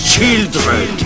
Children